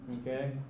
Okay